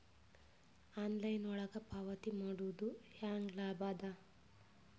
Online ಒಳಗ ಪಾವತಿ ಮಾಡುದು ಹ್ಯಾಂಗ ಲಾಭ ಆದ?